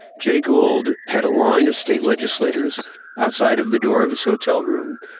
jay gould had a line of state legislators outside of the door of his hotel room,